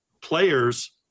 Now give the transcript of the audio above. players